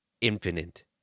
infinite